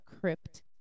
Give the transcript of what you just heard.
crypt